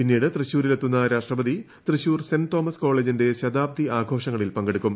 പിന്നീട് തൃശൂരിലെത്തുന്ന രാഷ്ട്രപതി തൃശൂർ സെന്റ് തോമസ് കോളേജിന്റെ ശതാബ്ദി ആഘോഷങ്ങളിൽ ഫ്ങ്കെടു്ക്കും